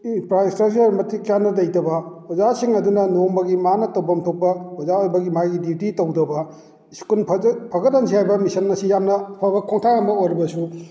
infrastructure ꯃꯇꯤꯛ ꯆꯥꯅ ꯂꯩꯇꯕ ꯑꯣꯖꯥꯁꯤꯡ ꯑꯗꯨꯅ ꯅꯣꯡꯃꯒꯤ ꯃꯥꯅ ꯇꯧꯐꯝ ꯊꯣꯛꯄ ꯑꯣꯖꯥ ꯑꯣꯏꯕꯒꯤ ꯃꯥꯒꯤ ꯗꯤꯌꯨꯇꯤ ꯇꯧꯗꯕ ꯏꯁꯀꯨꯟ ꯐꯒꯠꯍꯟꯁꯤ ꯍꯥꯏꯕ ꯃꯤꯁꯟ ꯑꯁꯤ ꯌꯥꯝꯅ ꯑꯐꯕ ꯈꯣꯡꯊꯥꯡ ꯑꯃ ꯑꯣꯏꯔꯕꯁꯨ